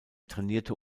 trainierte